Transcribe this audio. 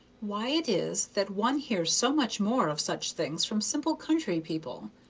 why it is that one hears so much more of such things from simple country people.